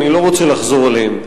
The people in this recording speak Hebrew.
אני לא רוצה לחזור עליהם.